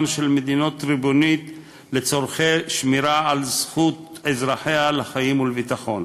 של מדינה ריבונית לצורכי שמירה על זכות אזרחיה לחיים ולביטחון.